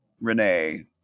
Renee